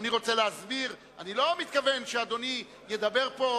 אדוני רוצה להסביר, אני לא מתכוון שאדוני ידבר פה,